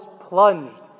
plunged